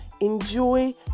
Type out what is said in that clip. enjoy